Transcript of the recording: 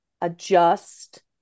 adjust